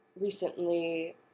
recently